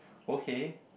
okay